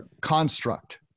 construct